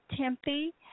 Tempe